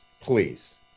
Please